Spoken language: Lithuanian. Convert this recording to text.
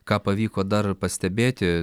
ką pavyko dar pastebėti